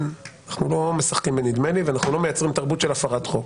אנחנו לא משחקים בנדמה לי ואנחנו לא מייצרים תרבות של הפרת חוק.